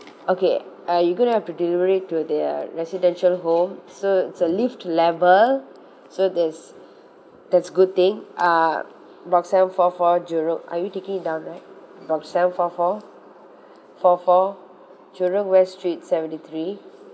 okay uh you gonna do delivery to the residential home so it's a lift level so that's that's good thing uh block seven four four jurong are you taking it down right block seven four four four four jurong west street seventy three